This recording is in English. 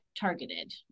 targeted